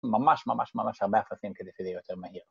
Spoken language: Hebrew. ‫ממש, ממש, ממש הרבה ‫אפסים כדי שזה יהיה יותר מהיר.